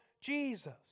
Jesus